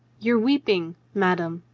your weeping, madame,